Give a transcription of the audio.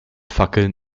fackeln